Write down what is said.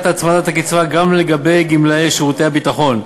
הצמדת הקצבה גם לגבי גמלאי שירותי הביטחון,